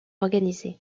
organisés